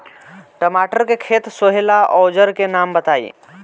टमाटर के खेत सोहेला औजर के नाम बताई?